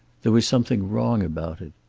there was something wrong about it.